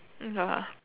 ya